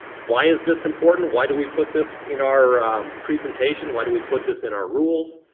why is this important? why do we put this in our presentation? why do we put this in our rules?